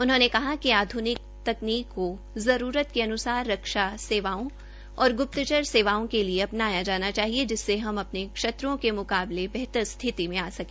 उन्होंने कहा कि आधुनिक तकनीकी को आवश्यकता के अनुसार रक्षा सेवाओ और गुप्तचर सेवाओं के लिए अपनाया जाना चाहिए जिससे हम अपने शत्रुओं के मुकाबले बेहतर स्थिति में आ सके